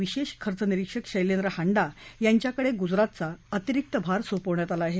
विशेष खर्च निरिक्षक शैलेंद्र हांडा यांच्याकडे गुजरातचा अतिरिक्त भार सोपवण्यात आला आहे